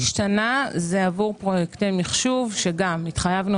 הוצאה משתנה זה עבור פרויקטי מחשוב שגם התחייבנו